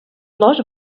lot